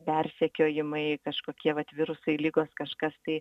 persekiojimai kažkokie vat virusai ligos kažkas tai